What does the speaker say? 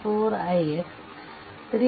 4 ix 3